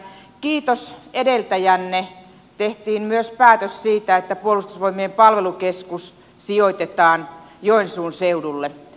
kiitos edeltäjänne tehtiin myös päätös siitä että puolustusvoimien palvelukeskus sijoitetaan joensuun seudulle